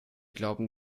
glauben